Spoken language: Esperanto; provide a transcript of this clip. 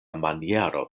maniero